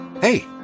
Hey